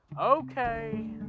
Okay